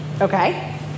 okay